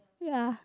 ya